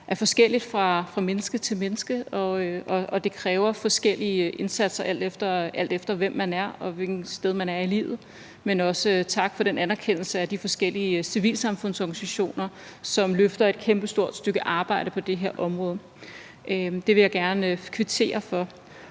er forskellig fra menneske til menneske, og at det kræver forskellige indsatser, alt efter hvem man er, og hvilket sted man er i livet, men også tak for den anerkendelse af de forskellige civilsamfundsorganisationer, som løfter et kæmpestort stykke arbejde på det her område. Det vil jeg gerne kvittere for.